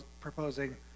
proposing